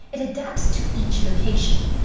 it adapts to each location.